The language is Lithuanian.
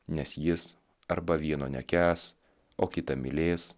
nes jis arba vieno nekęs o kitą mylės